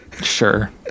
Sure